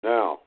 Now